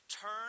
turn